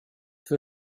für